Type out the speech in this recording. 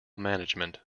management